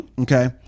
Okay